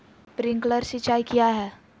Sprinkler सिंचाई क्या है?